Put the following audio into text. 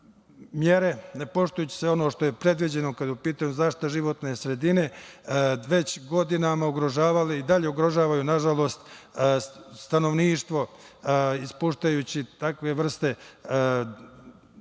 mere, ne poštujući se ono što je predviđeno kada je u pitanju zaštita životne sredine, već godinama ugrožavali i dalje ugrožavaju, nažalost, stanovništvo ispuštajući takve vrste čestica